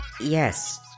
Yes